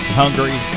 hungry